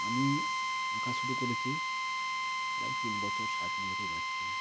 আমি আঁকা শুরু করেছি প্রায় তিন বছর সাড়ে তিন বছর বয়স থেকে